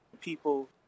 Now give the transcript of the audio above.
people